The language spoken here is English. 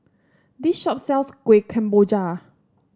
this shop sells Kuih Kemboja